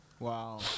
Wow